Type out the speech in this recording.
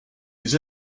his